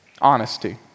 honesty